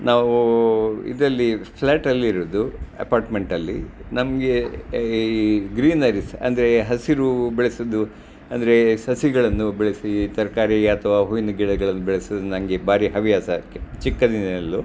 ನಾವು ಇದರಲ್ಲಿ ಫ್ಲಾಟಲ್ಲಿರೋದು ಅಪಾರ್ಟ್ಮೆಂಟಲ್ಲಿ ನಮಗೆ ಈ ಗ್ರೀನರೀಸ್ ಅಂದರೆ ಹಸಿರು ಬೆಳೆಸೋದು ಅಂದರೆ ಸಸಿಗಳನ್ನು ಬೆಳೆಸಿ ತರಕಾರಿ ಅಥವಾ ಹೂವಿನ ಗಿಡಗಳನ್ನ ಬೆಳ್ಸೋದು ನನಗೆ ಭಾರಿ ಹವ್ಯಾಸ ಅದಕ್ಕೆ ಚಿಕ್ಕಂದಿನಿಂದಲೂ